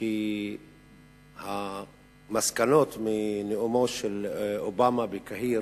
כי המסקנות מנאומו של אובמה בקהיר